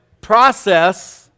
process